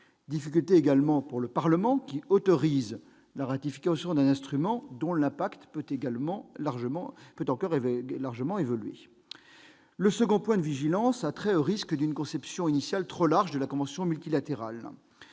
; ensuite, pour le Parlement, qui autorise la ratification d'un instrument dont l'impact peut encore largement évoluer. Le second point de vigilance a trait au risque d'une conception initiale trop large de la convention multilatérale.